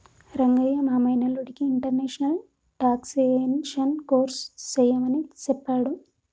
రంగయ్య మా మేనల్లుడికి international taxation course సెయ్యమని సెప్పాడు